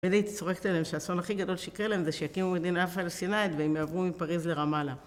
תמיד הייתי צוחקת עליהם שהאסון הכי גדול שיקרה להם זה שיקימו מדינה פלסטינאית והם יעברו מפריז לרמאללה